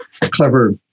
clever